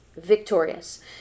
victorious